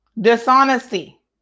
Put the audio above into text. dishonesty